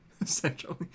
essentially